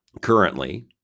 currently